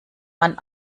man